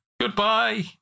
Goodbye